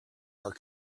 are